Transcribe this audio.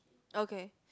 okay